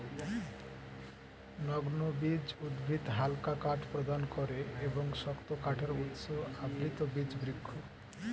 নগ্নবীজ উদ্ভিদ হালকা কাঠ প্রদান করে এবং শক্ত কাঠের উৎস আবৃতবীজ বৃক্ষ